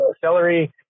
celery